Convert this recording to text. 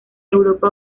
europa